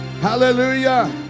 Hallelujah